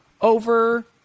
over